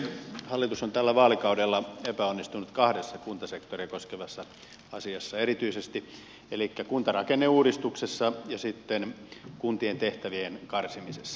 hallitus on tällä vaalikaudella epäonnistunut kahdessa kuntasektoria koskevassa asiassa erityisesti elikkä kuntarakenneuudistuksessa ja sitten kuntien tehtävien karsimisessa